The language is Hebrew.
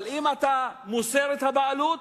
אבל אם אתה מוסר את הבעלות,